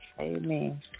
Amen